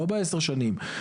לא בעשר שנים.